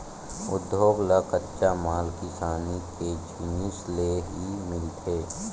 उद्योग ल कच्चा माल किसानी के जिनिस ले ही मिलथे